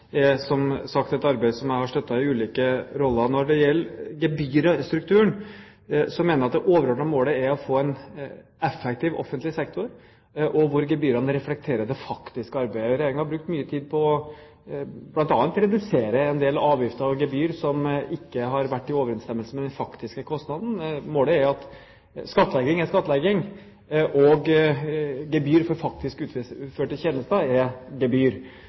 som sagt et arbeid som jeg har støttet i ulike roller. Når det gjelder gebyrstrukturen, mener jeg det overordnede målet er å få en effektiv offentlig sektor, og hvor gebyrene reflekterer det faktiske arbeidet. Regjeringen har brukt mye tid på bl.a. å redusere en del avgifter og gebyr som ikke har vært i overensstemmelse med den faktiske kostnaden. Målet er at skattlegging er skattlegging, og gebyr for faktisk utførte tjenester er gebyr.